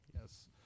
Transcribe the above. Yes